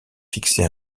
fixé